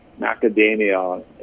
macadamia